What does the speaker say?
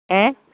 A